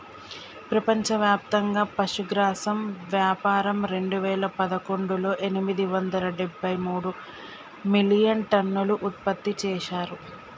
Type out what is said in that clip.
ప్రపంచవ్యాప్తంగా పశుగ్రాసం వ్యాపారం రెండువేల పదకొండులో ఎనిమిది వందల డెబ్బై మూడు మిలియన్టన్నులు ఉత్పత్తి చేశారు